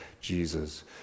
Jesus